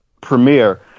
premiere